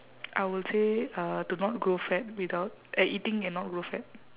I will say uh to not grow fat without uh eating and not grow fat